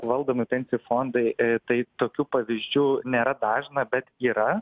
valdomi pensijos fondai tai tokių pavyzdžių nėra dažna bet yra